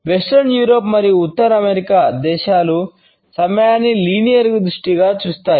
పశ్చిమ యూరోపియన్ దృష్టిగా చూస్తాయి